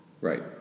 Right